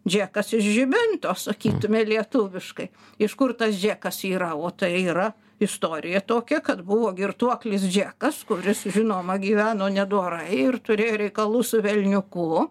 džekas iš žibinto sakytume lietuviškai iš kur tas džekas yra o tai yra istorija tokia kad buvo girtuoklis džekas kuris žinoma gyveno nedorai ir turėjo reikalų su velniuku